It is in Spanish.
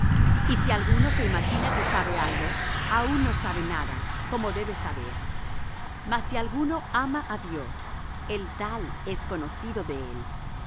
y si alguno se imagina que sabe algo aun no sabe nada como debe saber mas si alguno ama á dios el tal es conocido de él